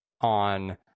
on